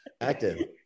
active